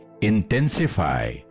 intensify